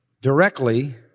directly